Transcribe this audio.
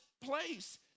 place